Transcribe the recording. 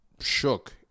shook